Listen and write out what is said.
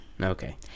Okay